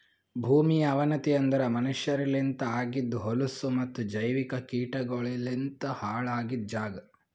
ಭೂಮಿಯ ಅವನತಿ ಅಂದುರ್ ಮನಷ್ಯರಲಿಂತ್ ಆಗಿದ್ ಹೊಲಸು ಮತ್ತ ಜೈವಿಕ ಕೀಟಗೊಳಲಿಂತ್ ಹಾಳ್ ಆಗಿದ್ ಜಾಗ್